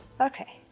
Okay